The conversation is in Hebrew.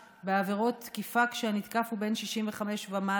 בעבירות תקיפה שהנתקף הוא בן 65 ומעלה,